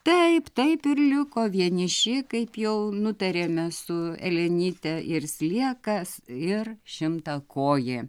taip taip ir liko vieniši kaip jau nutarėme su elenyte ir sliekas ir šimtakojė